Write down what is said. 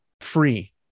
free